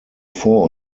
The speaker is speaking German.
vor